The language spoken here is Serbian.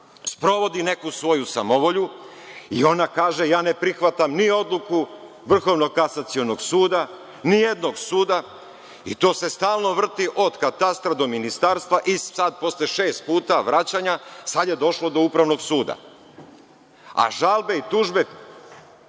sprovodi neku svoju samovolju i ona kaže – ja ne prihvatam ni odluku Vrhovnog kasacionog suda, ni jednog suda. I to se stalno vrti od katastra do ministarstva. Sada, posle šest puta vraćanja, sada je došlo do Upravnog suda. A žalbe i tužbe,